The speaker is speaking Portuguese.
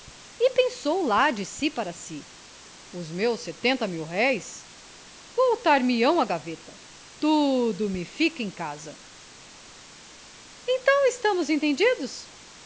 pensou lá de si para si os meus setenta mil-réis voltar me ão à gaveta tudo me fica em casa então estamos entendidos